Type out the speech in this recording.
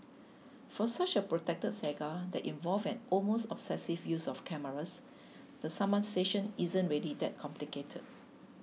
for such a protracted saga that involved an almost obsessive use of cameras the summation isn't really that complicated